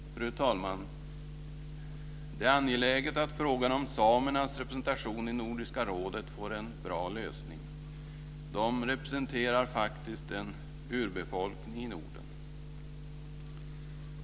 Fru talman! Det är angeläget att frågan om samernas representation i Nordiska rådet får en bra lösning. De representerar faktiskt en urbefolkning i Norden.